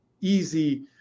easy